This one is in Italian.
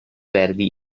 verdi